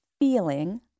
feeling